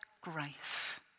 grace